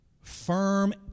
Firm